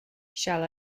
shall